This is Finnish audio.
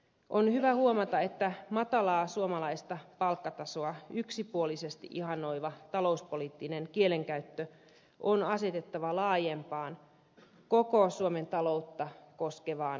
on hyvä huomata että matalaa suomalaista palkkatasoa yksipuolisesti ihannoiva talouspoliittinen kielenkäyttö on asetettava laajempaan koko suomen taloutta koskevaan kehityskeskusteluun